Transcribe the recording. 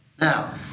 Now